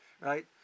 right